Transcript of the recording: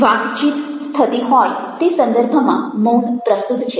વાતચીત થતી હોય તે સંદર્ભમાં મૌન પ્રસ્તુત છે